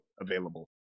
available